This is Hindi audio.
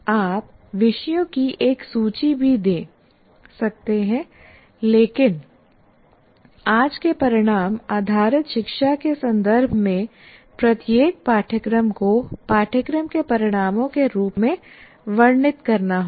आप विषयों की एक सूची भी दे सकते हैं लेकिन आज के परिणाम आधारित शिक्षा के संदर्भ में प्रत्येक पाठ्यक्रम को पाठ्यक्रम के परिणामों के रूप में वर्णित करना होगा